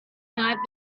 not